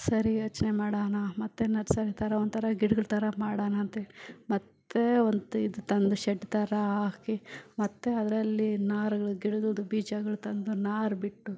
ಸರಿ ಯೋಚನೆ ಮಡೋಣ ಮತ್ತೆ ನರ್ಸರಿ ಥರ ಒಂಥರ ಗಿಡ್ಗಳ ಥರ ಮಾಡೋಣ ಅಂತ ಮತ್ತೆ ಒಂದು ಇದು ತಂದು ಶೆಡ್ ಥರ ಹಾಕಿ ಮತ್ತೆ ಅದರಲ್ಲಿ ನಾರುಗಳು ಗಿಡಗಳದ್ದು ಬೀಜಗಳು ತಂದು ನಾರು ಬಿಟ್ಟು